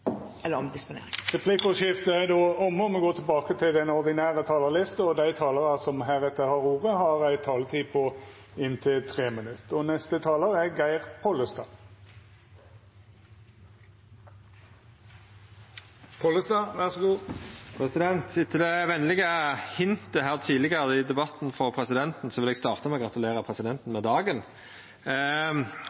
eller omdisponering. Replikkordskiftet er då omme. Dei talarane som heretter får ordet, har ei taletid på inntil 3 minutt. Etter det venlege hintet frå presidenten tidlegare i debatten, vil eg starta med å gratulera presidenten med dagen.